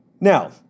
Now